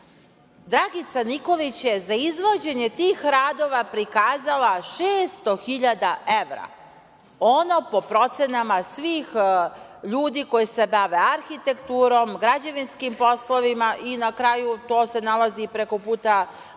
živim. Dragica Nikolić je za izvođenje tih radova prikazala 600.000 evra. Ono, po procenama svih ljudi koji se bave arhitekturom, građevinskim poslovima i, na kraju, to se nalazi preko puta